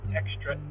extra